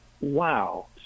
wow